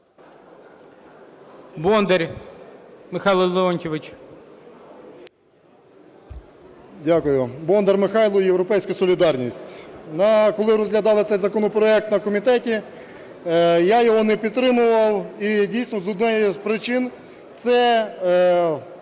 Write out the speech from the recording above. Бондар Михайло, "Європейська солідарність". Коли розглядали цей законопроект на комітеті, я його не підтримував і, дійсно, з однієї з причин – це